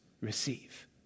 receive